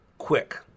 Quick